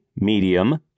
medium